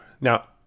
now